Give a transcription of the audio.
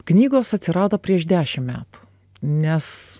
knygos atsirado prieš dešimt metų nes